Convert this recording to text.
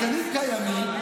התקנים קיימים,